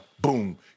Boom